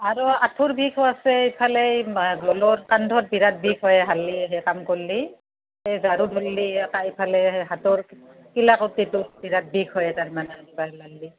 আৰু আঁঠুৰ বিষো আছে এইফালে গলৰ কান্ধত বিৰাট বিষ হয় হালি কাম কৰিলে এই ঝাৰু ধৰিলে এইফালে হাতৰ কিলাকুতিটোত বিৰাট বিষ হয় তাৰমানে ঝাৰু মাৰিলে